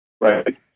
Right